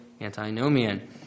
antinomian